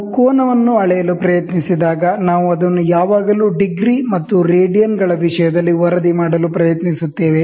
ನಾವು ಕೋನವನ್ನು ಅಳೆಯಲು ಪ್ರಯತ್ನಿಸಿದಾಗ ನಾವು ಅದನ್ನು ಯಾವಾಗಲೂ ಡಿಗ್ರಿ ಮತ್ತು ರೇಡಿಯನ್ಗಳ ವಿಷಯದಲ್ಲಿ ವರದಿ ಮಾಡಲು ಪ್ರಯತ್ನಿಸುತ್ತೇವೆ